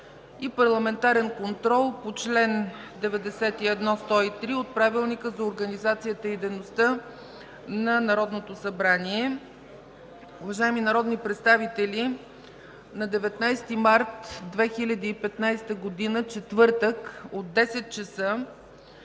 Парламентарен контрол по чл. чл. 91 – 103 от Правилника за организацията и дейността на Народното събрание. Уважаеми народни представители, на 19 март 2015 г., четвъртък, от 10,00